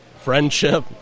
friendship